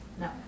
No